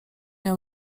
miał